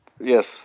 Yes